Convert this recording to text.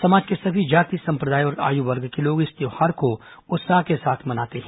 समाज के सभी जाति संप्रदाय और आयु वर्ग के लोग इस त्यौहार को उत्साह के साथ मनाते हैं